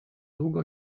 długo